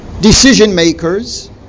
decision-makers